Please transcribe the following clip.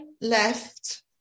left